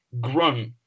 grunt